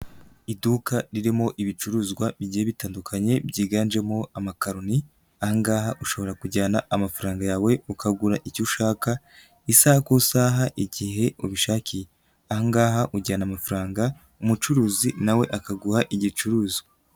Iduka ririmo ibicuruzwa bigiye bitandukanye byiganjemo amakaroni, aha ngaha ushobora kujyana amafaranga yawe ukagura icyo ushaka isaha ku isaha igihe ubishakiye, aha ngaha ujyana amafaranga umucuruzi na we akaguha igicuruzwa.